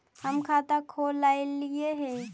हम खाता खोलैलिये हे?